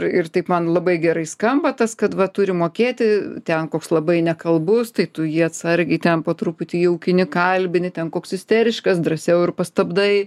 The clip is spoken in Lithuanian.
ir taip man labai gerai skamba tas kad va turi mokėti ten koks labai nekalbus tai tu jį atsargiai ten po truputį jaukini kalbini ten koks isteriškas drąsiau ir pastabdai